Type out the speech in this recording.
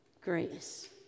grace